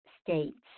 states